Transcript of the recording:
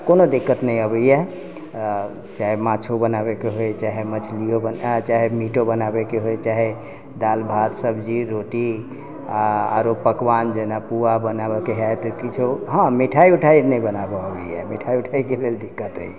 कोनो दिक्कत नहि अबैए चाहे माँछो बनाबयके होइ चाहे मछलियो बनाबय चाहे मीटो बनाबयके होइ चाहे दालि भात सब्जी रोटी आरो पकवान जेना पुआ बनाबयके होयत किछो हँ मिठाइ उठाइ नहि बनाबऽ अबैए मिठाइ उठाइके लेल दिक्कत अइ